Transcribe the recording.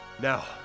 Now